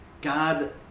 God